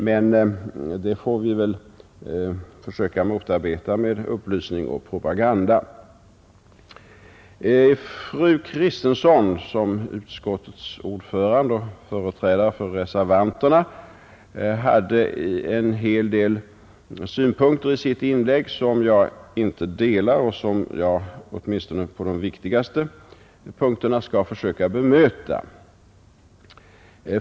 Men det får vi väl försöka motarbeta med upplysning och propaganda. Fru Kristensson, utskottets ordförande och företrädare för reservanterna, hade en hel del synpunkter i sitt inlägg som jag inte delar och som jag åtminstone på de viktigaste punkterna skall försöka bemöta.